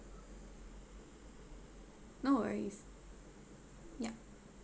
no worries yeah